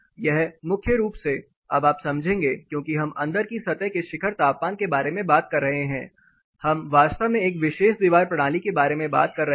यह मुख्य रूप से अब आप समझेंगे क्योंकि हम अंदर की सतह के शिखर तापमान के बारे में बात कर रहे हैं हम वास्तव में एक विशेष दीवार प्रणाली के बारे में बात कर रहे हैं